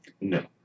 no